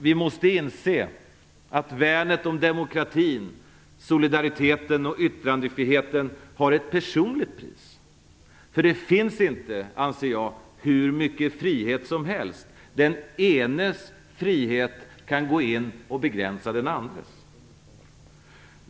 Vi måste inse att värnet om demokratin, solidariteten och yttrandefriheten har ett personligt pris. Det finns nämligen inte enligt min mening hur mycket frihet som helst. Den enes frihet kan gå in och begränsa den andres.